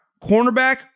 Cornerback